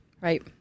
Right